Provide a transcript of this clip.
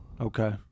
Okay